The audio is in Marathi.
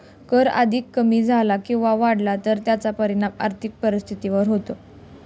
कर अधिक कमी झाला किंवा वाढला तर त्याचा परिणाम आर्थिक परिस्थितीवर होतो